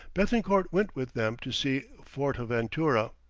bethencourt went with them to see fortaventura,